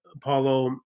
paulo